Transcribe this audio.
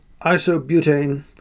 isobutane